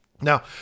Now